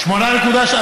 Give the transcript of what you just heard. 8.3%?